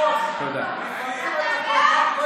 סגן השר,